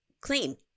Clean